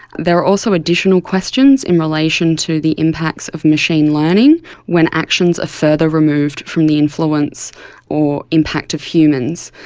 there are also additional questions in relation to the impacts of machine learning when actions are further removed from the influence or impact of humans.